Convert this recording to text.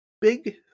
big